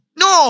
no